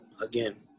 Again